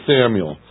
Samuel